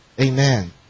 Amen